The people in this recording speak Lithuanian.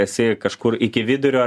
esi kažkur iki vidurio